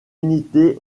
unité